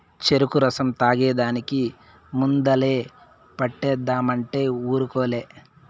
చెరుకు రసం తాగేదానికి ముందలే పంటేద్దామంటే ఉరుకులే